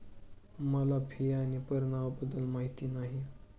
मला फी आणि परिणामाबद्दल माहिती नाही